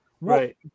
right